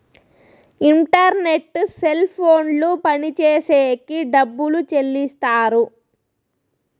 internet cell ఫోన్లు పనిచేసేకి డబ్బులు చెల్లిస్తారు